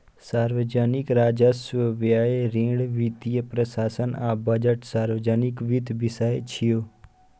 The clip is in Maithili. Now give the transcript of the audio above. सार्वजनिक राजस्व, व्यय, ऋण, वित्तीय प्रशासन आ बजट सार्वजनिक वित्तक विषय छियै